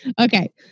Okay